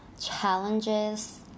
challenges